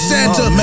Santa